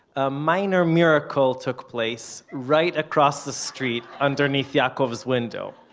a minor miracle took place, right across the street, underneath yaakov's window